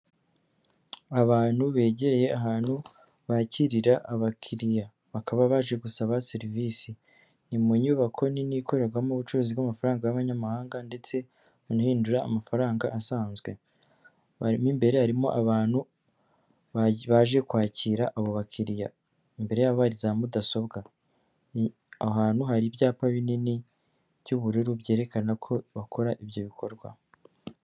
Abantu begereye ahantu bakirira abakiriya. Bakaba baje gusaba serivisi. Ni mu nyubako nini ikorerwamo ubucuruzi bw'amafaranga y'abanyamahanga ndetse umuntu hinjira amafaranga asanzwe. Bari mo imbere harimo abantu baj baje kwakira abo bakiriya. Imbere yabo hari za mudasobwa. Ni aho hantu hari ibyapa binini by'ubururu byerekana ko bakora ibyo bikorwa.